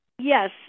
Yes